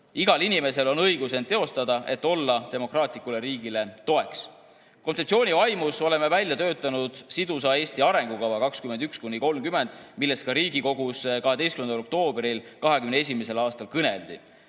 Igal inimesel on õigus end teostada, et olla demokraatlikule riigile toeks. Kontseptsiooni vaimus oleme välja töötanud sidusa Eesti arengukava 2021–2030, millest ka Riigikogus 12. oktoobril 2021. aastal kõneldi.